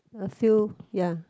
a few ya